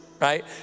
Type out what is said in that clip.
right